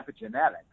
epigenetics